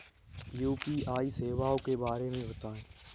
UPI सेवाओं के बारे में बताएँ?